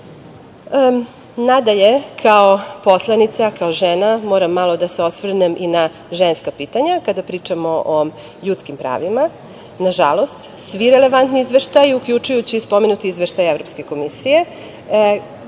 kao poslanica, kao žena moram malo da se osvrnem i na ženska pitanja kada pričamo o ljudskim pravima. Nažalost, svi relevantni izveštaji, uključujući i spomenut izveštaj Evropske komisije